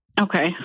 Okay